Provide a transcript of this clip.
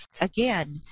again